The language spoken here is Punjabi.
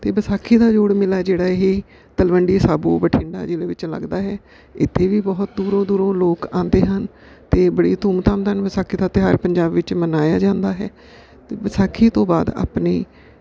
ਅਤੇ ਵਿਸਾਖੀ ਦਾ ਜੋੜ ਮੇਲਾ ਜਿਹੜਾ ਇਹ ਤਲਵੰਡੀ ਸਾਬੋ ਬਠਿੰਡਾ ਜ਼ਿਲ੍ਹੇ ਵਿੱਚ ਲੱਗਦਾ ਹੈ ਇੱਥੇ ਵੀ ਬਹੁਤ ਦੂਰੋਂ ਦੂਰੋਂ ਲੋਕ ਆਉਂਦੇ ਹਨ ਅਤੇ ਬੜੀ ਧੂਮਧਾਮ ਨਾਲ ਵਿਸਾਖੀ ਦਾ ਤਿਉਹਾਰ ਪੰਜਾਬ ਵਿੱਚ ਮਨਾਇਆ ਜਾਂਦਾ ਹੈ ਵਿਸਾਖੀ ਤੋਂ ਬਾਅਦ ਆਪਣੇ